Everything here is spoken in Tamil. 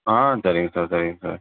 ஆ சரிங்க சார் சரிங்க சார்